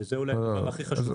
וזה אולי הדבר הכי חשוב.